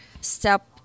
step